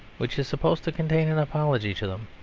which is supposed to contain an apology to them.